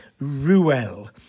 Ruel